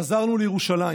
חזרנו לירושלים